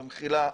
במחילה,